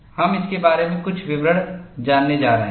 हम इसके बारे में कुछ विवरण जानने जा रहे हैं